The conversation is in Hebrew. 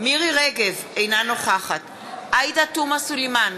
מירי רגב, אינה נוכחת עאידה תומא סלימאן,